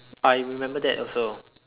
I remember that also